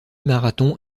marathon